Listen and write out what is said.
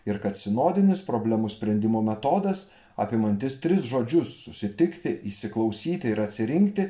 ir kad sinodinis problemų sprendimo metodas apimantis tris žodžius susitikti įsiklausyti ir atsirinkti